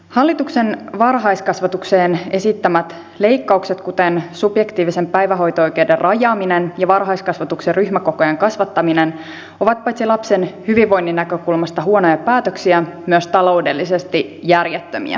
hallituksen varhaiskasvatukseen esittämät leikkaukset kuten subjektiivisen päivähoito oikeuden rajaaminen ja varhaiskasvatuksen ryhmäkokojen kasvattaminen ovat paitsi lapsen hyvinvoinnin näkökulmasta huonoja päätöksiä myös taloudellisesti järjettömiä